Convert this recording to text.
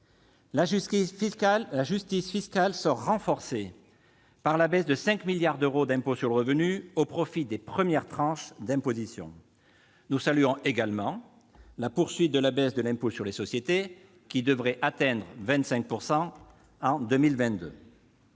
La justice fiscale sort renforcée de la baisse de 5 milliards d'euros de l'impôt sur le revenu au profit des premières tranches d'imposition. Nous saluons également la poursuite de la baisse de l'impôt sur les sociétés, dont le taux devrait